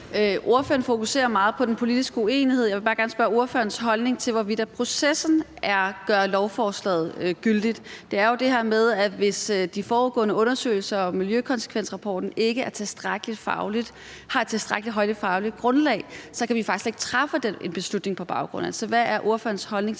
Ordføreren fokuserer meget på den politiske uenighed. Jeg vil bare gerne høre ordførerens holdning til, hvorvidt processen er at gøre lovforslaget gyldigt. Det er jo det her med, at hvis de forudgående undersøgelser og miljøkonsekvensrapporten ikke har tilstrækkelig højt fagligt grundlag, så kan vi faktisk slet ikke træffe en beslutning på baggrund